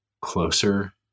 closer